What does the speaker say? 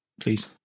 please